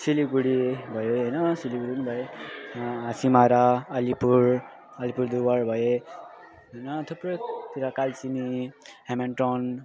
सिलिगुडी भयो हैन सिलिगुडी नि भयो हासिमारा अलिपुर अलिपुरद्वार भए हैन थुप्रैतिर कालचिनी हेमेन्टोन